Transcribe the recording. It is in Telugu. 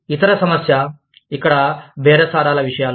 ఇతర సమస్య ఇక్కడ బేరసారాల విషయాలు